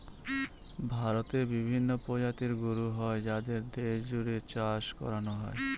ভারতে বিভিন্ন প্রজাতির গরু হয় যাদের দেশ জুড়ে চাষ করানো হয়